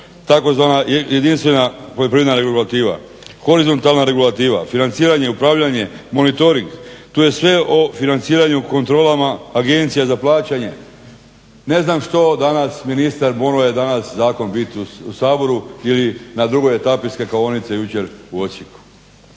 tzv. jedinstvena poljoprivredna regulativa, horizontalna regulativa, financiranje, upravljanje, monitoring, tu je sve o financiranju kontrolama agencijama za plaćanje. Ne znam što danas ministar, mogao je danas zakon bit u Saboru ili na drugoj etapi skakonice jučer u Osijeku.